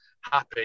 happy